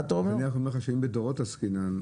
אני אומר לך שאם בדורות עסקינן,